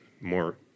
more